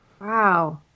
Wow